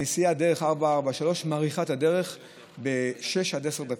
הנסיעה דרך 443 מאריכה את הדרך בשש עד עשר דקות,